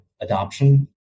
adoption